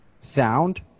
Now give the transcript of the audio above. sound